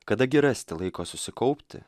kada gi rasti laiko susikaupti